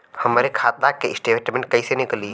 हमरे खाता के स्टेटमेंट कइसे निकली?